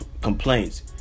complaints